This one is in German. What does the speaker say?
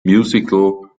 musical